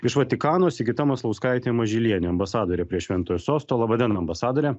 iš vatikano sigita maslauskaitė mažylienė ambasadorė prie šventojo sosto laba diena ambasadore